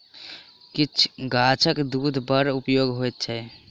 किछ गाछक दूध बड़ उपयोगी होइत छै